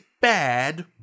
bad